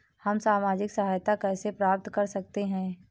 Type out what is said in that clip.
हम सामाजिक सहायता कैसे प्राप्त कर सकते हैं?